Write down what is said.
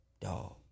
dog